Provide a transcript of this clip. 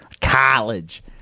College